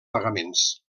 pagaments